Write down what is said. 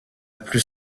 plus